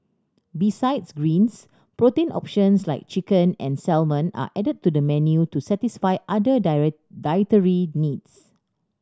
besides greens protein options like chicken and salmon are added to the menu to satisfy other dietary needs